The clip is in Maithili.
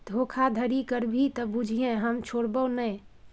धोखाधड़ी करभी त बुझिये हम छोड़बौ नै